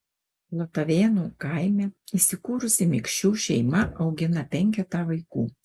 latavėnų kaime įsikūrusi mikšių šeima augina penketą vaikų